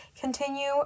continue